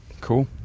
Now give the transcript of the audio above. Cool